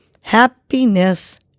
happiness